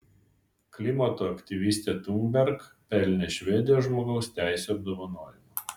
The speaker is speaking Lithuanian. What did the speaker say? klimato aktyvistė thunberg pelnė švedijos žmogaus teisių apdovanojimą